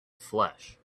flesh